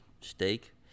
steak